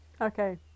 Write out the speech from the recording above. Okay